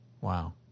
wow